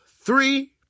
three